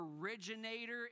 originator